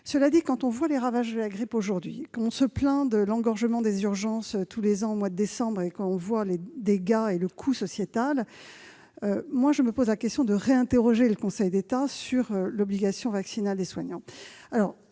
Cela dit, quand on voit les ravages de la grippe aujourd'hui, l'engorgement des urgences tous les ans au mois de décembre, les dégâts et le coût sociétal, je me pose la question de réinterroger le Conseil d'État sur l'obligation vaccinale des soignants.